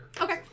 Okay